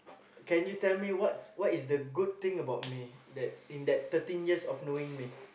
can you tell me what what is the good thing about me that in that thirteen years of knowing me